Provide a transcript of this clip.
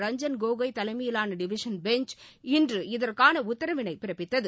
ரஞ்சன் கோகாய் தலைமையிலான division bench இன்று இதற்கான உத்தரவினை பிறப்பித்தது